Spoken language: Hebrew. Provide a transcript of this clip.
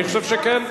אני חושב שכן.